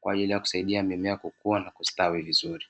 kwa ajili ya kusaidia mimea kukua na kustawi vizuri.